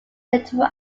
little